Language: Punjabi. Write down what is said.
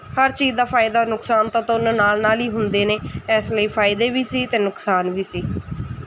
ਹਰ ਚੀਜ਼ ਦਾ ਫਾਇਦਾ ਨੁਕਸਾਨ ਤਾਂ ਤਾਂ ਉਹਨੇ ਨਾਲ ਨਾਲ ਹੀ ਹੁੰਦੇ ਨੇ ਇਸ ਲਈ ਫਾਇਦੇ ਵੀ ਸੀ ਅਤੇ ਨੁਕਸਾਨ ਵੀ ਸੀ